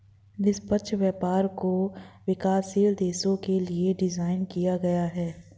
निष्पक्ष व्यापार को विकासशील देशों के लिये डिजाइन किया गया है